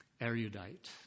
erudite